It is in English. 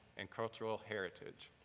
and cultural heritage.